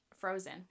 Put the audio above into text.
Frozen